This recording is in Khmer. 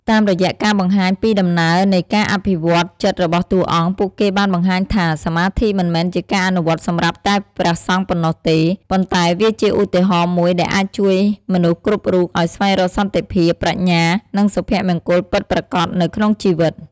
តាមរយៈការបង្ហាញពីដំណើរនៃការអភិវឌ្ឍន៍ចិត្តរបស់តួអង្គ ពួកគេបានបង្ហាញថា សមាធិមិនមែនជាការអនុវត្តសម្រាប់តែព្រះសង្ឃប៉ុណ្ណោះទេ ប៉ុន្តែវាជាឧទាហរណ៍មួយដែលអាចជួយមនុស្សគ្រប់រូបឱ្យស្វែងរកសន្តិភាព ប្រាជ្ញា និងសុភមង្គលពិតប្រាកដនៅក្នុងជីវិត។